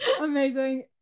amazing